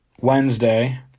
Wednesday